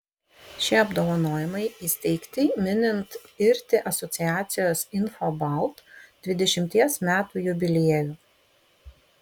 šie apdovanojimai įsteigti minint irti asociacijos infobalt dvidešimties metų jubiliejų